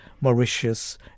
Mauritius